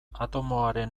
atomoaren